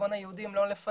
בחשבון הייעודי הם לא לפניי,